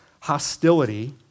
hostility